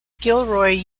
gilroy